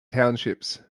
townships